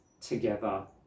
together